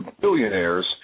billionaires